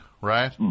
right